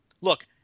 look